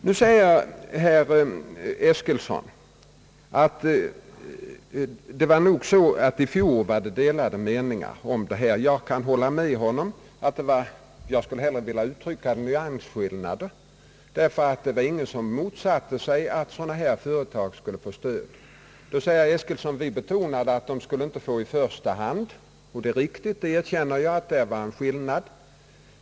Nu säger herr Eskilsson att det nog var delade meningar vid riksdagsbeslutet i fjol. Jag kan hålla med honom, men jag skulle hellre vilja uttrycka det så att det var nyansskillnader, ty det var ingen som motsatte sig att sådana här företag skulle få stöd. Herr Eskilsson säger då att vi betonade att de inte skulle få stöd i första hand. Det är riktigt — jag erkänner att det här var en skillnad.